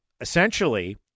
essentially